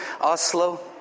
Oslo